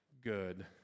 good